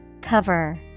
Cover